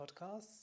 podcasts